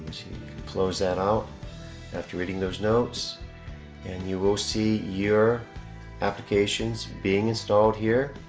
close that out after reading those notes and you will see your applications being installed here